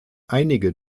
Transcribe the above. einige